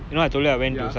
oh ya ya